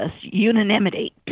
unanimity